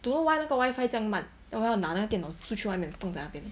don't know why 那个 wifi 将慢 then 我要拿那个电脑出去外面放在那边